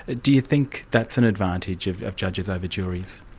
ah do you think that's an advantage of of judges over juries?